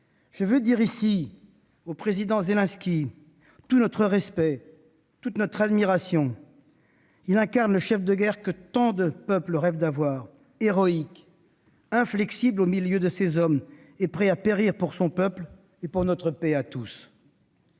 Je veux dire ici au président Zelensky tout notre respect, toute notre admiration. Il incarne le chef de guerre que tant de peuples rêvent d'avoir : héroïque, inflexible au milieu de ses hommes et prêt à périr pour son peuple et pour notre paix à tous.